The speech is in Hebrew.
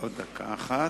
עוד דקה אחת.